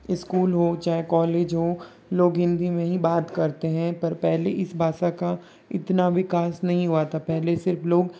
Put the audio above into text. school हो चाहे college हो लोग हिंदी में ही बात करते हैं पर पहले इस भाषा का इतना विकास नहीं हुआ था पहले सिर्फ लोग